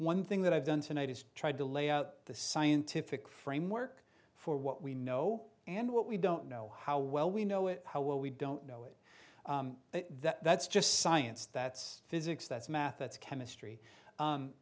one thing that i've done tonight is tried to lay out the scientific framework for what we know and what we don't know how well we know it how well we don't know it that's just science that's physics that's math that's chemistry